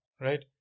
Right